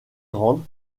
rendre